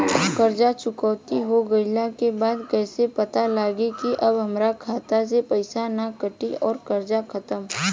कर्जा चुकौती हो गइला के बाद कइसे पता लागी की अब हमरा खाता से पईसा ना कटी और कर्जा खत्म?